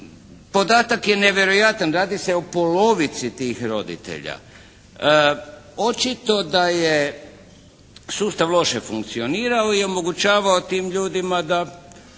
Podatak je nevjerojatan! Radi se o polovici tih roditelja. Očito da je sustav loše funkcionirao i omogućavao tim ljudima da